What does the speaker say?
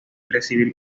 recibir